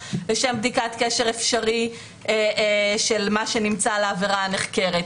לשם בדיקת קשר אפשרי של מה שנמצא על העבירה הנחקרת,